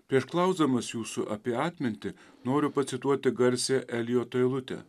prieš klausdamas jūsų apie atmintį noriu pacituoti garsiąją elijoto eilutę